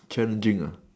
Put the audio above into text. challenging ah